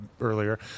earlier